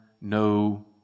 no